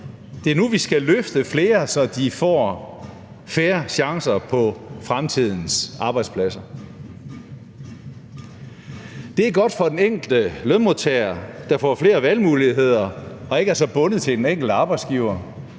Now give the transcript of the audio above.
det er nu, vi skal løfte flere, så de får fair chancer på fremtidens arbejdspladser. Det er godt for den enkelte lønmodtager, der får flere valgmuligheder og ikke er så bundet til den enkelte arbejdsgiver.